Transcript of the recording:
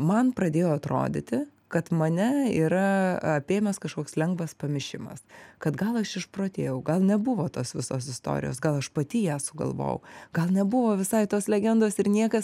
man pradėjo atrodyti kad mane yra apėmęs kažkoks lengvas pamišimas kad gal aš išprotėjau gal nebuvo tos visos istorijos gal aš pati ją sugalvojau gal nebuvo visai tos legendos ir niekas